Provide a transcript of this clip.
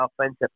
offensive